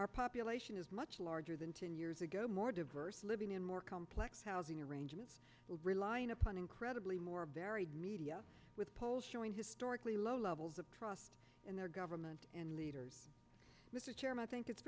our population is much larger than ten years ago more diverse living in more complex housing arrangements relying upon incredibly more varied media with polls showing historically low levels of trust in their government and leaders mr chairman i think it's